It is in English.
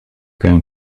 going